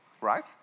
right